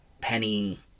Penny